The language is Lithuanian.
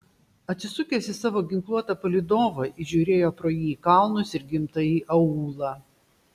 atsisukęs į savo ginkluotą palydovą jis žiūrėjo pro jį į kalnus ir gimtąjį aūlą